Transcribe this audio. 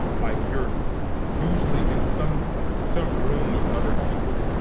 like you're usually in some some room with other people,